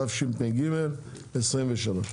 ו-2024.